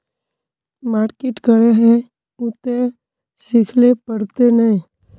Market करे है उ ते सिखले पड़ते नय?